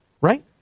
right